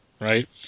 Right